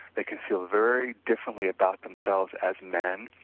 they can feel very differently about themselves as man,